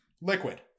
Liquid